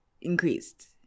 increased